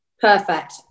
Perfect